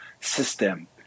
system